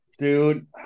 Dude